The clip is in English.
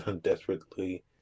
desperately